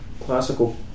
classical